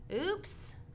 oops –